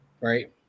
right